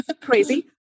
crazy